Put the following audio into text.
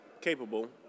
capable